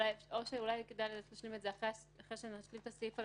הרי ברור שהאינטרס של הבנקים שהחייב ישלם.